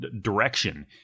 direction